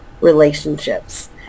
relationships